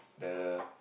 the